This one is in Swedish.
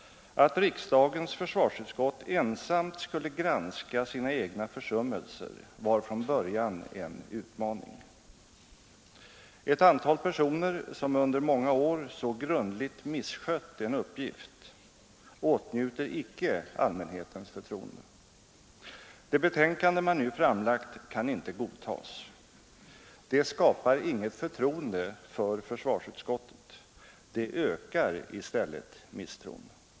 Att riksdagens försvarsutskott ensamt skulle granska sina egna försummelser var från början en utmaning. Ett antal personer som under många år så grundligt misskött en uppgift åtnjuter icke allmänhetens förtroende. Det betänkande man nu framlagt kan icke godtas. Det skapar inget förtroende för försvarsutskottet. Det ökar i stället misstron.